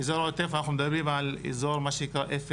באזור העוטף אנחנו מדברים על אזור 07